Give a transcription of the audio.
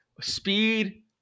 speed